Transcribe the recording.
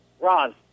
Ron